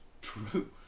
true